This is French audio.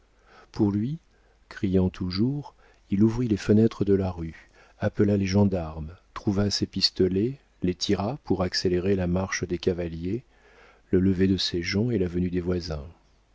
pour lui criant toujours il ouvrit les fenêtres de la rue appela les gendarmes trouva ses pistolets les tira pour accélérer la marche des cavaliers le lever de ses gens et la venue des voisins